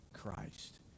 Christ